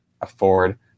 afford